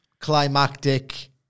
climactic